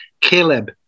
Caleb